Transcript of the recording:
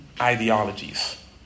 Ideologies